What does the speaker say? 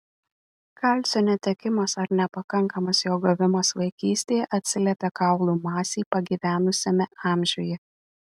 kalcio netekimas ar nepakankamas jo gavimas vaikystėje atsiliepia kaulų masei pagyvenusiame amžiuje